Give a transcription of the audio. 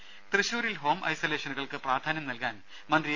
ദരദ തൃശൂരിൽ ഹോം ഐസൊലേഷനുകൾക്ക് പ്രാധാന്യം നൽകാൻ മന്ത്രി എ